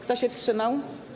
Kto się wstrzymał?